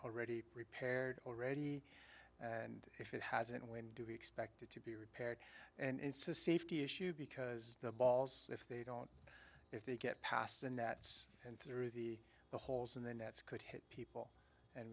already repaired already and if it hasn't when do we expect it to be repaired and it's a safety issue because the balls if they don't if they get past the nets and through the holes in the nets could hit